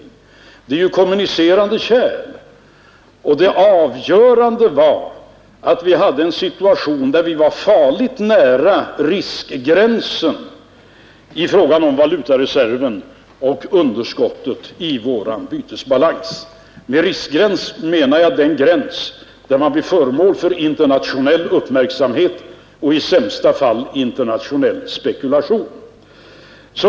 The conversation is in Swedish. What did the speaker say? Det är ju kommunicerande kärl. Det avgörande var att vi hade en situation där vi var farligt nära riskgränsen i fråga om valutareserven och underskottet i vår bytesbalans. Med riskgräns menar jag här den gräns där man blir föremål för internationell uppmärksamhet och i sämsta fall internationell spekulation.